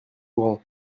grand